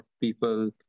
people